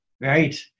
Right